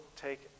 take